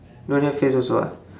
don't have face also ah